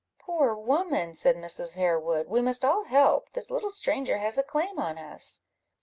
poor woman! said mrs. harewood we must all help this little stranger has a claim on us.